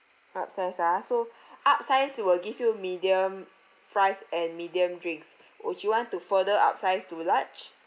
upsize ah so upsize we will give you medium fries and medium drinks would you want to further upsize to large